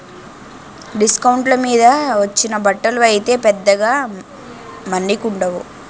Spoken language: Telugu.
డిస్కౌంట్ల మీద వచ్చిన బట్టలు అయితే పెద్దగా మన్నికుండవు